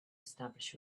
establish